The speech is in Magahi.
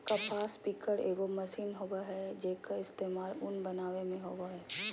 कपास पिकर एगो मशीन होबय हइ, जेक्कर इस्तेमाल उन बनावे में होबा हइ